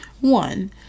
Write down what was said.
One